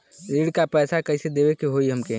ऋण का पैसा कइसे देवे के होई हमके?